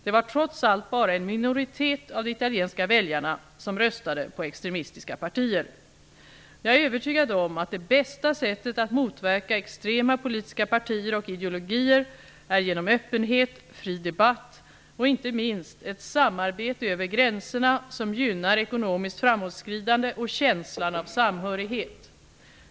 Det var trots allt bara en minoritet av de italienska väljarna som röstade på extremistiska partier. Jag är övertygad om att det bästa sättet att motverka extrema politiska partier och ideologier är genom öppenhet, fri debatt och -- inte minst -- ett samarbete över gränserna som gynnar ekonomiskt framåtskridande och känslan av samhörighet.